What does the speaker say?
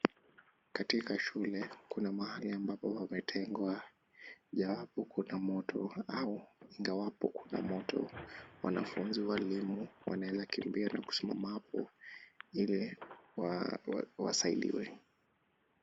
Katika shule kuna mahali ambapo pametengwa ijawapo kuna moto au ingawapo kuna moto. Wanafunzi ,walimu wanaweza kimbia na kusimama hapo ili wasaidiwe.